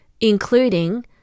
including